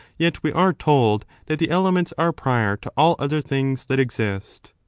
yet we are told that the elements are prior to all other things that exist.